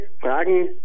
Fragen